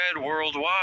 worldwide